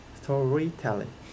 storytelling